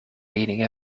leaning